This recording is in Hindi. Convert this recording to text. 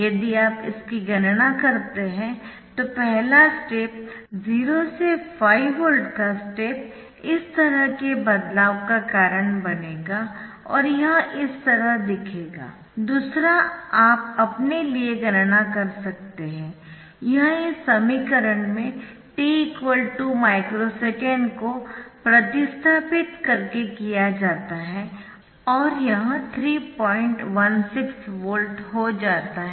यदि आप इसकी गणना करते है तो पहला स्टेप 0 से 5 वोल्ट का स्टेप इस तरह के बदलाव का कारण बनेगा और यह इस तरह दिखेगा दूसरा आप अपने लिए गणना कर सकते है यह इस समीकरण में t 2 माइक्रो सेकंड को प्रतिस्थापित करके किया जाता है और यह 316 वोल्ट हो जाता है